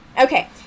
Okay